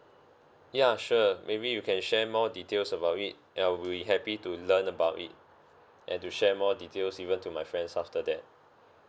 ya sure maybe you can share more details about it and I'll be happy to learn about it and to share more details even to my friends after that